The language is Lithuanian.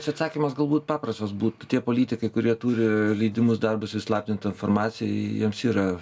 čia atsakymas galbūt paprastas būt tie politikai kurie turi leidimus darbui su įslaptinta informacija jiems yra